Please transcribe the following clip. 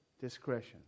discretion